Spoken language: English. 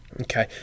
okay